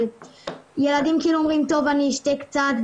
וילדים אומרים טוב אני אשתה קצת,